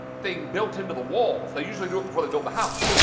thing built into the walls. they usually do it before they build the house.